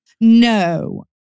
No